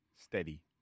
steady